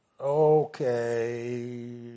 Okay